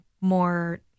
more